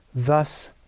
Thus